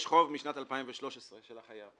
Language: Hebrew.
יש חוב משנת 2013 של החייב.